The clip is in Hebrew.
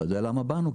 אתה יודע למה באנו?